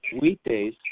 weekdays